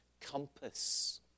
compass